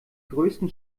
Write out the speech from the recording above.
größten